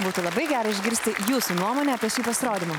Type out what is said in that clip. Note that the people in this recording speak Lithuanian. būtų labai gera išgirsti jūsų nuomonę apie šį pasirodymą